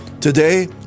Today